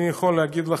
אני יכול להגיד לך,